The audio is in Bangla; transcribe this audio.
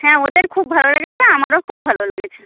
হ্যাঁ ওদের খুব ভালো লেগেছে আমারও খুব ভালো লেগেছে